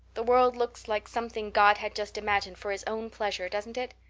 the world looks like something god had just imagined for his own pleasure, doesn't it?